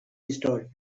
historians